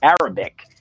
Arabic